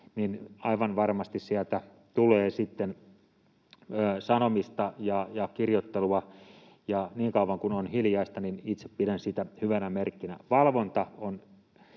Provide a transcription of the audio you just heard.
niin aivan varmasti sieltä tulee sitten sanomista ja kirjoittelua. Ja niin kauan kuin on hiljaista, niin itse pidän sitä hyvänä merkkinä. Valvonta on